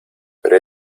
pero